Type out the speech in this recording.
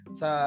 sa